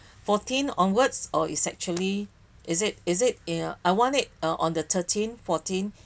fourteenth onwards or is actually is it is it uh I want it uh on the thirteenth fourteenth